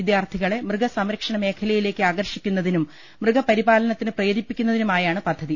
വിദ്യാർത്ഥി കളെ മൃഗസംരക്ഷണ മേഖലയിലേക്ക് ആകർഷിക്കുന്നതിനും മൃഗപരിപാലനത്തിന് പ്രേരിപ്പിക്കുന്നതിനുമായാണ് പദ്ധതി